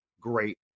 great